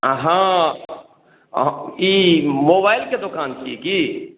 हँ ई मोबाइलके दोकान छिए कि